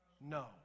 No